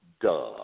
Duh